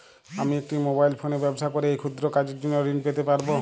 আমি একটি মোবাইল ফোনে ব্যবসা করি এই ক্ষুদ্র কাজের জন্য ঋণ পেতে পারব?